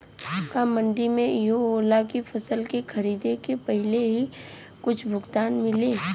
का मंडी में इहो होला की फसल के खरीदे के पहिले ही कुछ भुगतान मिले?